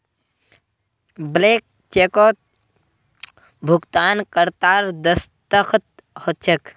blank चेकत भुगतानकर्तार दस्तख्त ह छेक